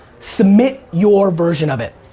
submit your version of it.